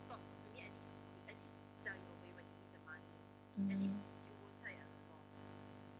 mm